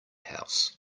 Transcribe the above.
house